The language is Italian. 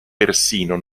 persino